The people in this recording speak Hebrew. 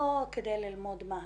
לא כדי ללמוד מה הנושאים,